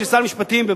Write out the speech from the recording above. כשר המשפטים,